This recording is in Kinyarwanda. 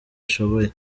ashoboye